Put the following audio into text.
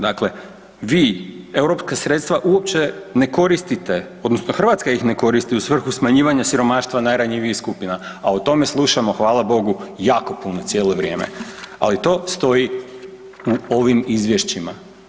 Dakle, vi europska sredstva uopće ne koristite odnosno Hrvatska ih ne koristi u svrhu smanjivanja siromaštva najranjivijih skupina, a o tome slušamo hvala Bogu jako puno cijelo vrijeme, ali to stoji u ovim izvješćima.